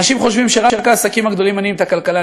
אנשים חושבים שרק האנשים הגדולים מניעים את הכלכלה.